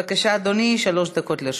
בבקשה, אדוני, שלוש דקות לרשותך.